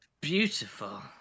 beautiful